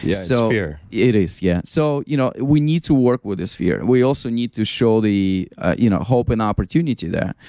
yeah, it's so fear it is, yeah. so you know we need to work with this fear, we also need to show the you know hope and opportunity there,